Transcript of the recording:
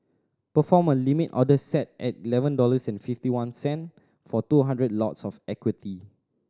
perform a Limit order set at eleven dollars and fifty one cent for two hundred lots of equity